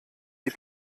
die